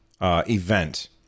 event